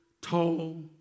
tall